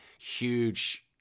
huge